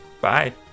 Bye